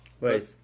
Wait